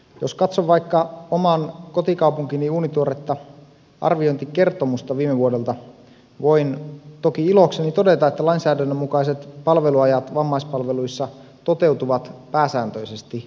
jos katson vaikka oman kotikaupunkini uunituoretta arviointikertomusta viime vuodelta voin toki ilokseni todeta että lainsäädännön mukaiset palveluajat vammaispalveluissa toteutuvat pääsääntöisesti aika hyvin